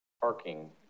parking